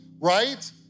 right